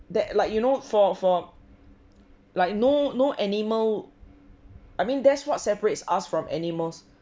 that like you know for for like no no animal I mean that's what separates us from animals